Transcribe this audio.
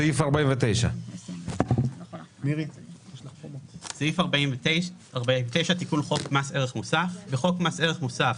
סעיף 49. 49.תיקון חוק מס ערך מוסף בחוק מס ערך מוסף,